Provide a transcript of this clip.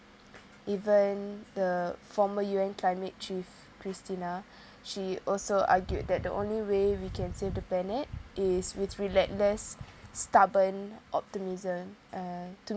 even the former U_N climate chief christina she also argued that the only way we can save the planet is with relentless stubborn optimism uh to